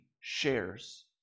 shares